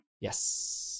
Yes